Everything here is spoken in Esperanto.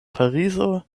parizo